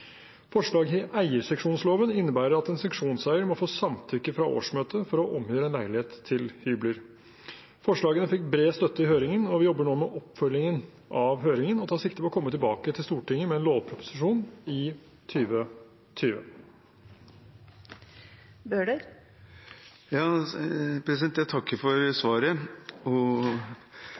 eierseksjonsloven, innebærer at en seksjonseier må få samtykke fra årsmøtet for å omgjøre en leilighet til hybler. Forslagene fikk bred støtte i høringen, og vi jobber nå med oppfølgingen av høringen og tar sikte på å komme tilbake til Stortinget med en lovproposisjon i 2020. Jeg takker for svaret og